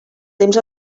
temps